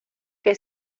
que